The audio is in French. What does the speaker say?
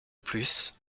plus